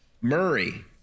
Murray